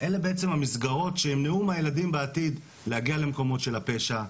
אלה בעצם המסגרות שימנעו מהילדים בעתיד להגיע למקומות של הפשע,